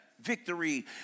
Victory